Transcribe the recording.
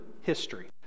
history